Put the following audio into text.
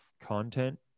content